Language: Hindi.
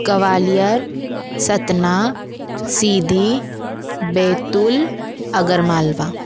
ग्वालियर सतना सीधी बेितुल अगरमालवा